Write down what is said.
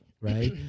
right